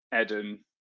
Eden